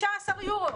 15 יורו.